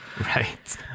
Right